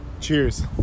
Cheers